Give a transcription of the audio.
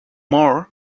more